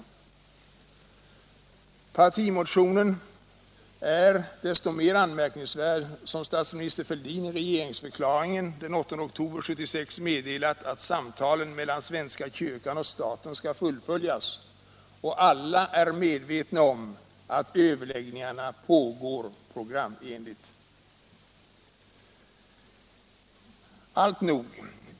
Partimotionen är desto mer anmärkningsvärd som statsminister Fälldin i regeringsförklaringen den 8 oktober 1976 meddelat, att samtalen mellan svenska kyrkan och staten skall fullföljas och alla är medvetna om att överläggningarna pågår programenligt. Alltnog.